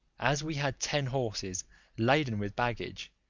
as we had ten horses laden with baggage,